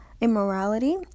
immorality